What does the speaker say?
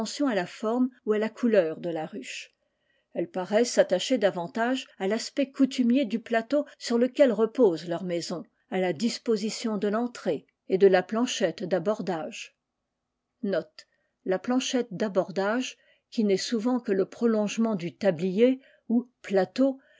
à la forme ou à la couleur de la ruche elles paraissent s'attacher davantage à l'aspect coutumier du plateau sur lequel repose leur maison à la disposition de l'entrée et de la planchette d'abordage mais cela même est accessoire et si pendant l'absence des butineuses on modifie de la planchette d'abordage qui nest soutent que le du tablier ou plateau